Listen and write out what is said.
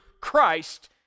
Christ